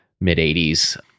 mid-80s